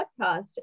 podcast